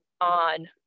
on